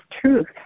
truth